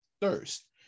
thirst